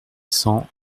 cent